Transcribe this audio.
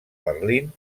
berlín